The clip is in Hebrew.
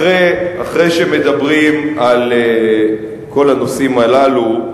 אחרי שמדברים על כל הנושאים הללו,